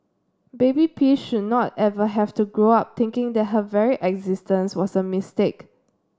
baby P should not ever have to grow up thinking that her very existence was a mistake